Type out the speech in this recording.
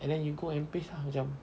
and then you go and paste ah macam